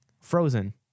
Frozen